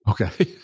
Okay